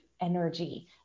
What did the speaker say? energy